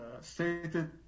stated